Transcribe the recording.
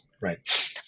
right